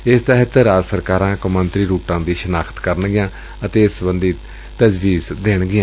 ਏਸ ਤਹਿਤ ਰਾਜ ਸਰਕਾਰਾਂ ਕੌਮਾਂਤਰੀ ਰੁਟਾਂ ਦੀ ਸ਼ਨਾਖਤ ਕਰਨਗੀਆਂ ਅਤੇ ਏਸ ਸਬੰਧੀ ਤਜਵੀਜ਼ ਦੇਣਗੀਆਂ